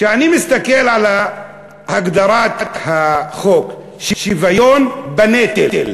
כשאני מסתכל על הגדרת החוק, שוויון בנטל.